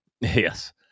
Yes